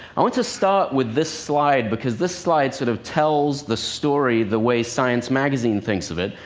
i want to start with this slide, because this slide sort of tells the story the way science magazine thinks of it.